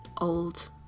old